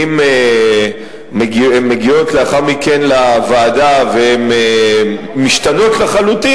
אם הן מגיעות לאחר מכן לוועדה והן משתנות לחלוטין,